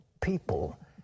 people